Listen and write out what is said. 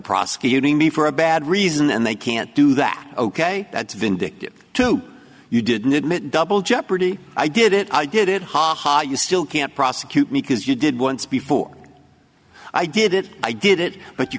prosecuting me for a bad reason and they can't do that ok that's vindictive too you didn't admit double jeopardy i did it i did it ha ha you still can't prosecute me because you did once before i did it i did it but you